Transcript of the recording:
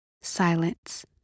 Silence